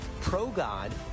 pro-God